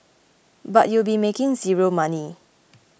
but you'll be making zero money